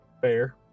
Fair